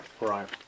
Right